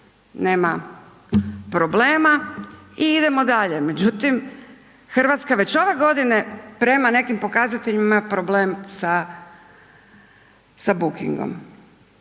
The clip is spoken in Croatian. nema problema i idemo dalje. Međutim, Hrvatska već ove godine prema nekim pokazateljima ima problem sa bukingom.